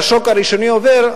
אחרי שהשוק הראשוני עובר,